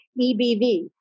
EBV